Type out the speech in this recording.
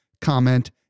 comment